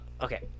Okay